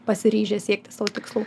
pasiryžę siekti savo tikslų